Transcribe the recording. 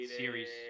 series